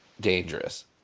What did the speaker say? dangerous